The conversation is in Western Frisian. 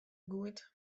goed